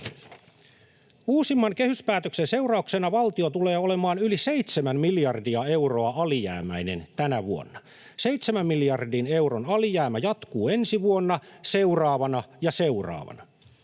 Uusimman kehyspäätöksen seurauksena valtio tulee olemaan yli seitsemän miljardia euroa alijäämäinen tänä vuonna. Seitsemän miljardin euron alijäämä jatkuu ensi vuonna, seuraavana ja seuraavana.